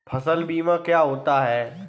फसल बीमा क्या होता है?